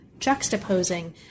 juxtaposing